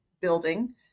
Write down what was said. building